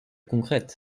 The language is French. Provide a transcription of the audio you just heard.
concrètes